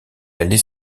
allait